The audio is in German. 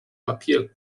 papier